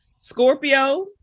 scorpio